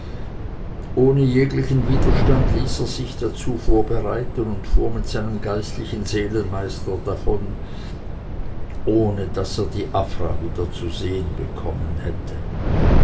ohne jeglichen widerstand ließ er sich dazu vorbereiten und fuhr mit seinem geistlichen seelenmeister davon ohne daß er die afra wieder zu sehen bekommen hätte